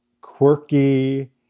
quirky